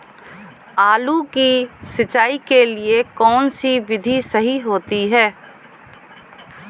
आलू की सिंचाई के लिए कौन सी विधि सही होती है?